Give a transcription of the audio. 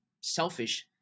selfish